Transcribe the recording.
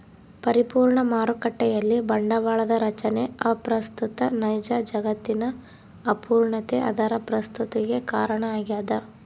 ಪರಿಪೂರ್ಣ ಮಾರುಕಟ್ಟೆಯಲ್ಲಿ ಬಂಡವಾಳದ ರಚನೆ ಅಪ್ರಸ್ತುತ ನೈಜ ಜಗತ್ತಿನ ಅಪೂರ್ಣತೆ ಅದರ ಪ್ರಸ್ತುತತಿಗೆ ಕಾರಣ ಆಗ್ಯದ